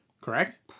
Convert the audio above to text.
Correct